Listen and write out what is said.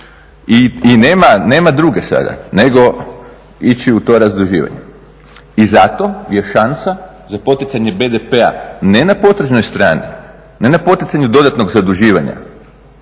I nema druge sada nego ići u to razduživanje. I zato je šansa za poticanje BDP-a ne na potražnoj strani, ne na poticanju dodatnog zaduživanja,